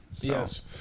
Yes